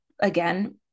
Again